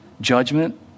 Judgment